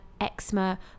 eczema